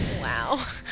Wow